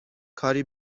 کاری